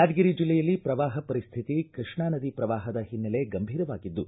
ಯಾದಗಿರಿ ಜಿಲ್ಲೆಯಲ್ಲಿ ಪ್ರವಾಹ ಪರಿಸ್ಥಿತಿ ಕೃಷ್ಣಾ ನದಿ ಪ್ರವಾಹದ ಹಿನ್ನೆಲೆ ಗಂಭೀರವಾಗಿದ್ದು